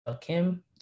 Kim